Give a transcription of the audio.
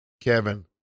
Kevin